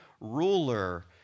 ruler